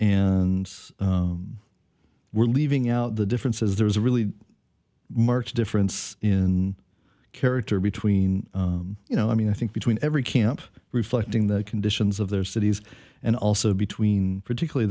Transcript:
and we're leaving out the differences there is a really marked difference in character between you know i mean i think between every camp reflecting the conditions of their cities and also between particularly